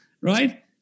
right